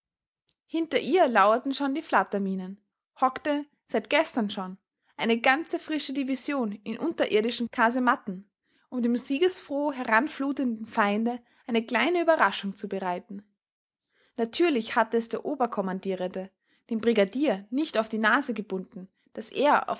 hinter ihr lauerten schon die flatterminen hockte seit gestern schon eine ganze frische division in unterirdischen kasematten um dem siegesfroh heranflutenden feinde eine kleine überraschung zu bereiten natürlich hatte es der oberkommandierende dem brigadier nicht auf die nase gebunden daß er